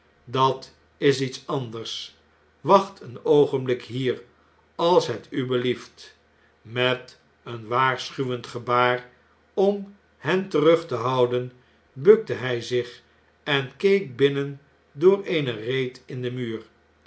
dat is iets anders wacht een oogenblik hier als het u belieft met een waarschuwend gebaar om hen terug te houden bukte hjj zich en keek binnen door eene reet in den muur